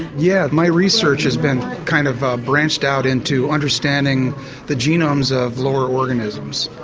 yeah, my research has been kind of branched out into understanding the genomes of lower organisms.